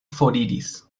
foriris